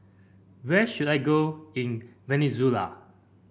where should I go in Venezuela